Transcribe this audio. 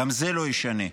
גם זה לא ישנה,